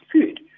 food